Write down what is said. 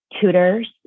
tutors